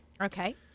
Okay